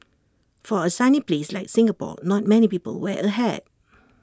for A sunny place like Singapore not many people wear A hat